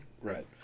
Right